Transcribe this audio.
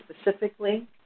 specifically